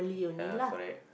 ya correct